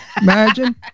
imagine